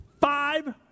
five